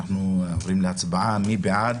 מי בעד,